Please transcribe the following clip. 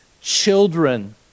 children